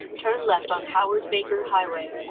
turn left on howard baker highway.